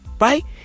Right